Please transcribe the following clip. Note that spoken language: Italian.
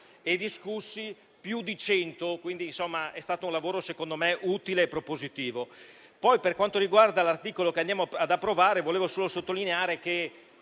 e discussi più di cento, quindi è stato un lavoro utile e propositivo. Per quanto riguarda l'articolo 4, che ci accingiamo ad approvare, volevo solo sottolineare che